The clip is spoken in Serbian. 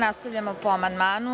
Nastavljamo po amandmanu.